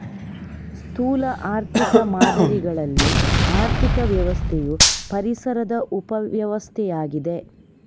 ಸ್ಥೂಲ ಆರ್ಥಿಕ ಮಾದರಿಗಳಲ್ಲಿ ಆರ್ಥಿಕ ವ್ಯವಸ್ಥೆಯು ಪರಿಸರದ ಉಪ ವ್ಯವಸ್ಥೆಯಾಗಿದೆ